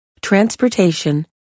transportation